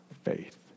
faith